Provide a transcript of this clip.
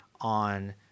on